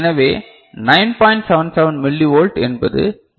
77 millivolt என்பது L